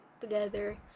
together